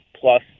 plus